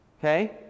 Okay